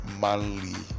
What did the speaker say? manly